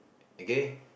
okay